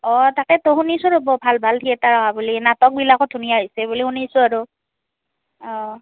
অঁ তাকেতো শুনিছোঁ ৰ'ব ভাল ভাল থিয়েটাৰ অহা বুলি নাটকবিলাকো ধুনীয়া হৈছে বুলি শুনিছোঁ আৰু অঁ